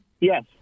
Yes